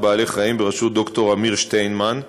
בעלי-חיים בראשות ד"ר אמיר שטיינמן,